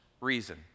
reason